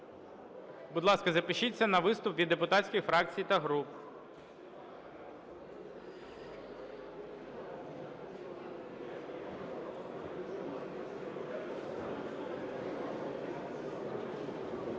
Будь ласка, запишіться на виступ від депутатських фракцій та груп.